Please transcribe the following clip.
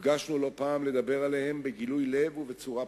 נפגשנו לא פעם לדבר עליהם בגילוי לב ובצורה פתוחה.